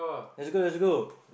let's go let's go